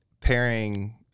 pairing